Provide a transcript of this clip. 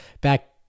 back